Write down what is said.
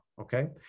okay